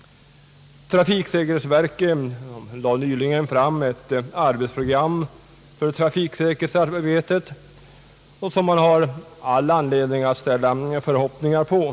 Trafiksäkerhetsverket lade nyligen fram ett arbetsprogram för trafiksäkerhetsarbetet som det finns all anledning att knyta förhoppningar till.